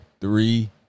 three